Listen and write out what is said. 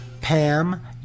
Pam